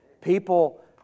People